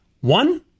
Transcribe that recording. one